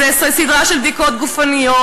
זו סדרה של בדיקות גופניות,